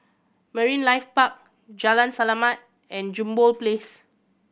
Marine Life Park Jalan Selamat and Jambol Place